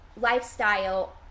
lifestyle